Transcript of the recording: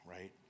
right